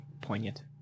poignant